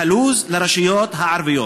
ה-lose לרשויות הערביות.